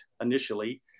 initially